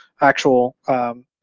actual